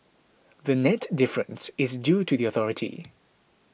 the net difference is due to the authority